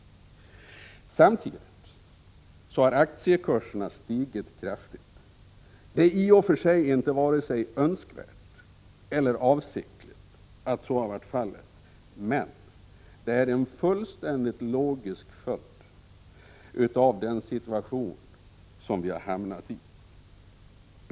Samtidigt har aktiekurserna stigit kraftigt. I och för sig har detta inte varit vare sig önskvärt eller avsiktligt, men det är en fullständigt logisk följd av den situation som vi har hamnat i.